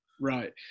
right